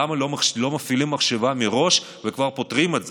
למה לא מפעילים מחשבה מראש וכבר פותרים את זה.